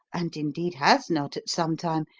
and, indeed, has not at some time,